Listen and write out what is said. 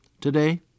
today